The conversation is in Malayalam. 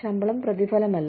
ശമ്പളം പ്രതിഫലമല്ല